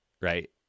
right